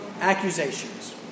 accusations